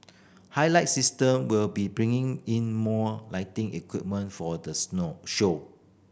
highlight System will be bringing in more lighting equipment for the show